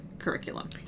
curriculum